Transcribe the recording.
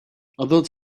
although